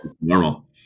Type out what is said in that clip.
normal